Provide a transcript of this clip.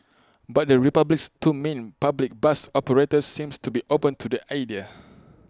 but the republic's two main public bus operators seems to be open to the idea